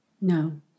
No